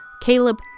Caleb